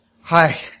Hi